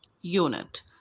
unit